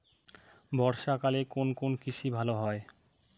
বর্ষা কালে কোন কোন কৃষি ভালো হয়?